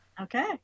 Okay